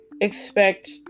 expect